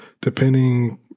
depending